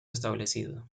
establecido